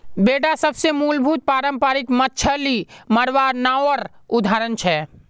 बेडा सबसे मूलभूत पारम्परिक मच्छ्ली मरवार नावर उदाहरण छे